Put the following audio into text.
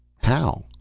how?